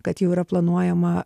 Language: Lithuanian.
kad jau yra planuojama